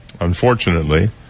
Unfortunately